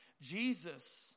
Jesus